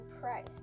price